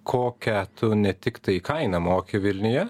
kokią tu ne tiktai kainą moki vilniuje